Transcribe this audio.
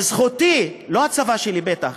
זכותי, לא הצבא שלך.